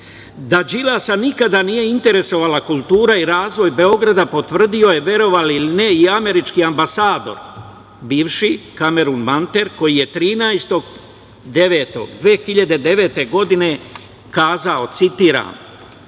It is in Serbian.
Đilasa nikada nije interesovala kultura i razvoj Beograda potvrdio je, verovali ili ne, i američki ambasador bivši Kamerun Manter koji je 13.9.2009. godine kazao, citiram